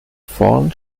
vorn